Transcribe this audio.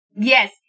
yes